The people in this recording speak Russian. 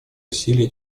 усилия